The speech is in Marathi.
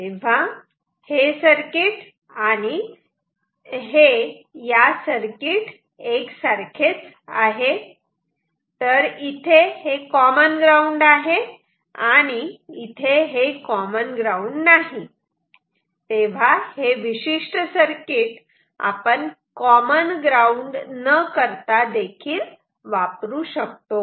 तेव्हा हे सर्किट या सर्किट 1 सारखेच आहे तर इथे हे कॉमन ग्राउंड आहे आणि इथे हे कॉमन ग्राउंड नाही तेव्हा हे विशिष्ट सर्किट आपण कॉमन ग्राउंड न करता देखील वापरू शकतो